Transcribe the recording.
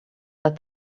that